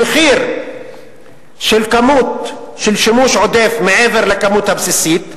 המחיר של כמות של שימוש עודף מעבר לכמות הבסיסית,